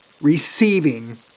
receiving